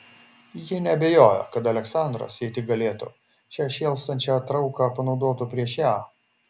ji neabejojo kad aleksandras jei tik galėtų šią šėlstančią trauką panaudotų prieš ją